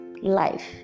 life